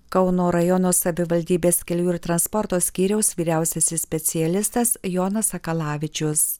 kauno rajono savivaldybės kelių ir transporto skyriaus vyriausiasis specialistas jonas sakalavičius